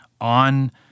on